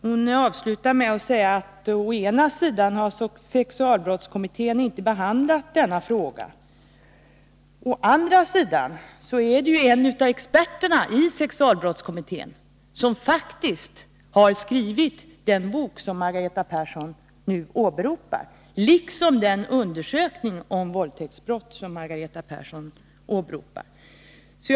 Hon avslutade sitt inlägg med att å ena sidan säga att sexualbrottskommittén inte behandlat denna fråga, å andra sidan åberopa den bok som skrivits av och den undersökning som gjorts av en av experterna i sexualbrottskommittén.